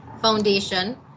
Foundation